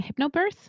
Hypnobirth